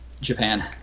Japan